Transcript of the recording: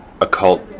occult